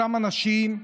אותם אנשים,